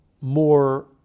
more